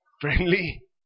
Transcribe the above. friendly